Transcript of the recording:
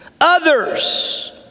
Others